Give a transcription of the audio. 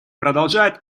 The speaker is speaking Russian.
продолжают